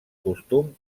costum